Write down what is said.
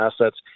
assets